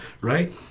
Right